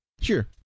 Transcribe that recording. sure